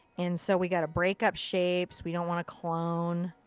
and so we gotta break up shapes. we don't want to clone.